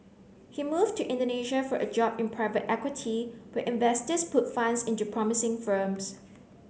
he moved to Indonesia for a job in private equity where investors put funds into promising firms